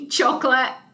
Chocolate